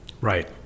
Right